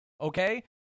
Okay